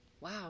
Wow